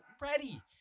ready